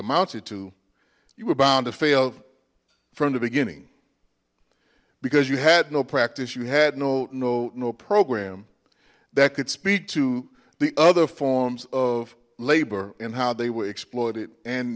amounted to you were bound to fail from the beginning because you had no practice you had no no no program could speak to the other forms of labor in how they were exploited and